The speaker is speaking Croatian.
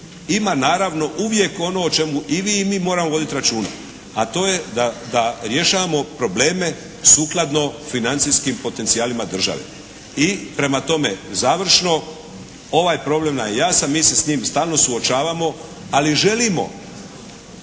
ima naravno uvijek ono o čemu i vi i mi moramo voditi računa. A to je da rješavamo probleme sukladno financijskim potencijalima države. I prema tome završno, ovaj problem nam je jasan. Mi se s njim stalno suočavamo ali želimo